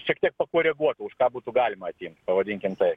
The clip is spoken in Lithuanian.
šiek tiek pakoreguotų už ką būtų galima atimt pavadinkim taip